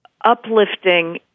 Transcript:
uplifting